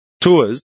tours